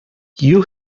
you